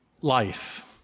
life